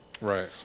Right